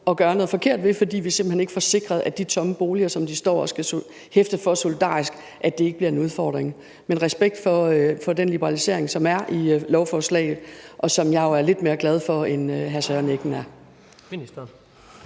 og gøre noget forkert ved, fordi vi simpelt hen ikke får sikret, at de tomme boliger, som de skal hæfte for solidarisk, ikke bliver en udfordring. Men jeg har respekt for den liberalisering, der er i lovforslaget, og som jeg jo er lidt mere glad for, end hr. Søren Egge